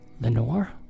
Lenore